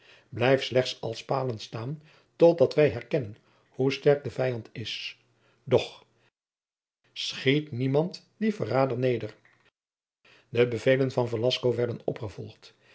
blijft slechts als palen staan totdat wij herkennen hoe sterk de vijand is doch schiet niemand dien verrader neder de bevelen van velasco werden opgevolgd